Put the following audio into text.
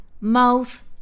mouth